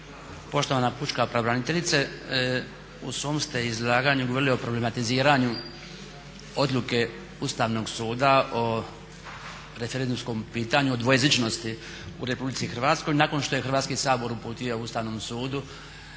Poštovana pučka pravobraniteljice, u svom ste izlaganju govorili o problematiziranju odluke Ustavnog suda o referendumskom pitanju o dvojezičnosti u Republici Hrvatskoj, nakon što je Hrvatski sabor uputio Ustavnom sudu